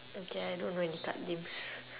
okay I don't know any card games